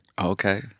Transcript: Okay